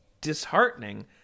disheartening